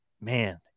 man